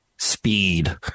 speed